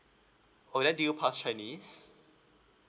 oh then did you passed chinese